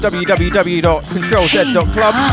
www.controlz.club